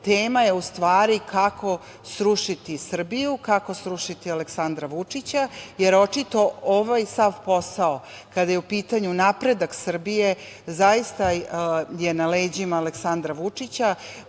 tema je u stvari kako srušiti Srbiju, kako srušiti Aleksandra Vučića, jer očito sav ovaj posao, kada je u pitanju napredak Srbije zaista je na leđima Aleksandra Vučića